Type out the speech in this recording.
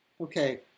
Okay